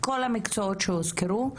כל המקצועות שהוזכרו.